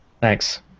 Thanks